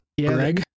Greg